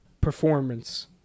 performance